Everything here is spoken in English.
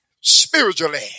spiritually